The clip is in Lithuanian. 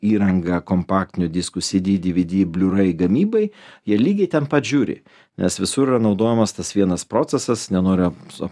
įrangą kompaktinių diskų cd dvd bliurai gamybai jie lygiai ten pat žiūri nes visur yra naudojamas tas vienas procesas nenoriu su